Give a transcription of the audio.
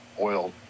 oil